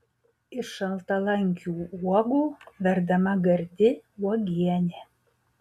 iš šaltalankių uogų verdama gardi uogienė